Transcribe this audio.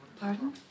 Pardon